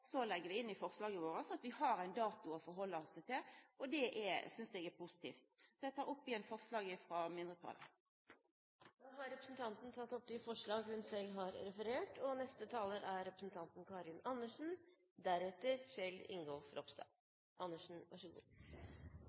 legg vi inn i forslaget vårt at vi har ein dato å halda oss til, og det synest eg er positivt. Eg tek opp att forslaget frå mindretallet. Representanten Laila Marie Reiertsen har tatt opp det forslag hun refererte til. Saker om regelverket rundt yrkesskade og yrkessykdom er